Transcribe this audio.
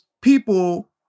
people